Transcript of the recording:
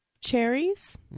Cherries